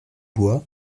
bois